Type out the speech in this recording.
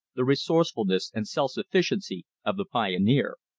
the resourcefulness and self-sufficiency of the pioneer.